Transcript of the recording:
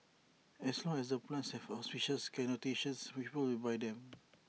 as long as the plants have auspicious connotations people will buy them